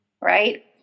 Right